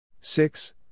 Six